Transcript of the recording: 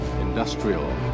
industrial